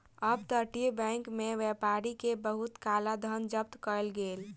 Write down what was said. up तटीय bank में व्यापारी के बहुत काला धन जब्त कएल गेल